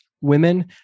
women